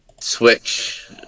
Switch